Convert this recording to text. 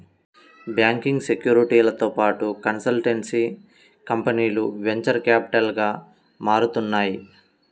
banking, సెక్యూరిటీలతో పాటు consultancy కంపెనీలు వెంచర్ క్యాపిటల్గా మారుతున్నాయి